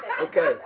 Okay